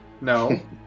No